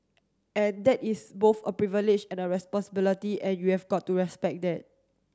and that is both a privilege and a responsibility and you have got to respect that